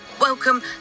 Welcome